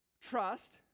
trust